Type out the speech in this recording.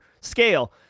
scale